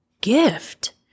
gift